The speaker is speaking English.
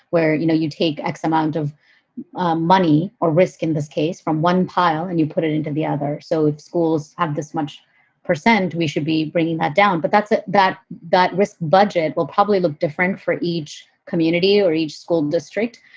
where you know you take x amount of money or risk in this case from one pile and you put it into the other? so if schools have this much percent, we should be bringing that down. but that's about that but risk. budget will probably look different for each community or each school district.